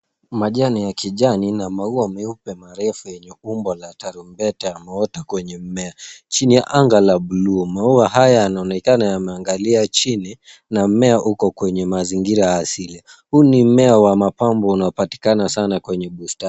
Majani ya kijani na maua meupe marefu yenye umbo la tarumbeta yameota kwenye mimea chini ya anga la bluu. Maua haya yanaonekana yameangalia chini na mmea uko kwenye mazingira ya asili. Huu ni mmea wa mapambo unaopatikana sana kwenye bustani.